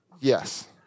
Yes